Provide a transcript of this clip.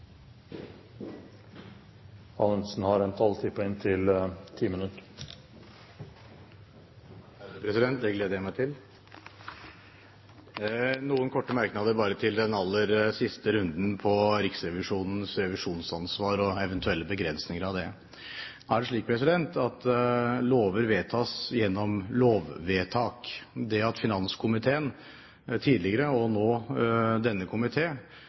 noen korte merknader til den aller siste runden på Riksrevisjonens revisjonsansvar og eventuelle begrensninger av det. Nå er det slik at lover vedtas gjennom lovvedtak. Det at finanskomiteen tidligere, og nå denne